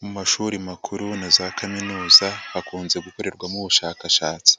Mu mashuri makuru na za kaminuza hakunze gukorerwamo ubushakashatsi,